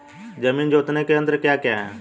जमीन जोतने के यंत्र क्या क्या हैं?